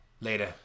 later